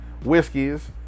Whiskies